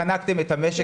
חנקתם את המשק,